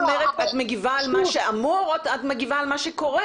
את מגיבה על מה שאמור או שאת מגיבה על מה שקורה?